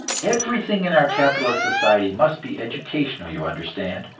everything in our capitalist society must be educational, you understand.